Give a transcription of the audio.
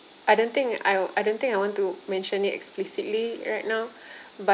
I don't think I I don't think I want to mentioning it explicitly right now but